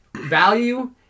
Value